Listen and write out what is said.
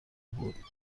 بود